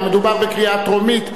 מדובר בקריאה טרומית,